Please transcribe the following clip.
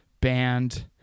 band